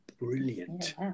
brilliant